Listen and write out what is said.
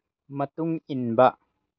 ꯃꯇꯨꯡ ꯏꯟꯕ